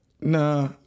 Nah